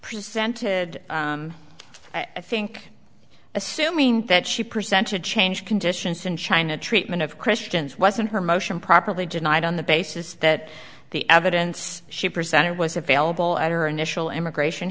presented i think assuming that she presented change conditions in china treatment of christians wasn't her motion properly denied on the basis that the evidence she presented was available at her initial immigration